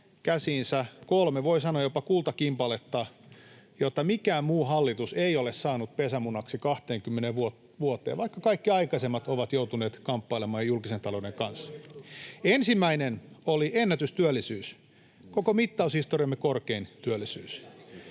käsiinsä kolme, voi sanoa jopa, kultakimpaletta, joita mikään muu hallitus ei ole saanut pesämunaksi 20 vuoteen, vaikka kaikki aikaisemmat ovat joutuneet kamppailemaan julkisen talouden kanssa. Ensimmäinen oli ennätystyöllisyys, koko mittaushistoriamme korkein työllisyys.